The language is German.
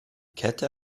kette